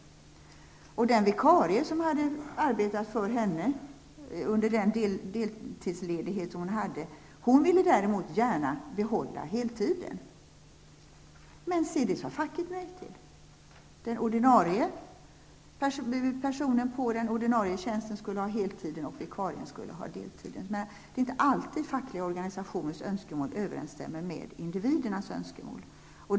Men vikarien som hade arbetat under deltidsledigheten ville gärna ha heltidstjänsten. Men det sade facket nej till. Enligt facket skulle den ordinarie personen på den ordinarie tjänsten ha heltiden och vikarien skulle ha deltiden. Det är inte alltid fackliga organisationers önskemål överensstämmer med individernas önskemål.